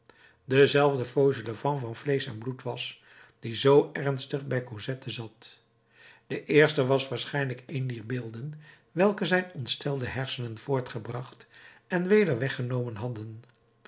dezelfde fauchelevent van vleesch en bloed was die zoo ernstig bij cosette zat de eerste was waarschijnlijk een dier beelden welke zijn ontstelde hersenen voortgebracht en weder weggenomen hadden